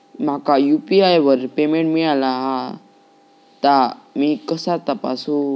माका यू.पी.आय वर पेमेंट मिळाला हा ता मी कसा तपासू?